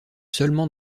seulement